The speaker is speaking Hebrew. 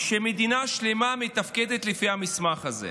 מדינה שלמה מתפקדת לפי המסמך הזה.